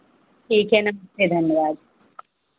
ठीक है नमस्ते धन्यवाद